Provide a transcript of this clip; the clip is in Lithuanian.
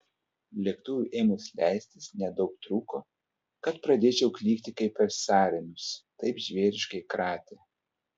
lėktuvui ėmus leistis nedaug trūko kad pradėčiau klykti kaip per sąrėmius taip žvėriškai kratė